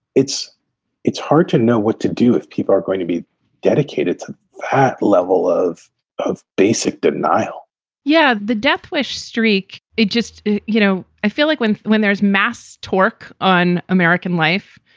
it's it's hard to know what to do if people are going to be dedicated to the level of of basic denial yeah. the deathwish streak. it just you know, i feel like when when there's mass talk on american life,